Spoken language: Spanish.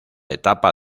etapa